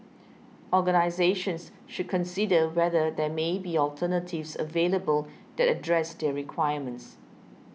organisations should consider whether there may be alternatives available that address their requirements